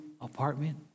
apartment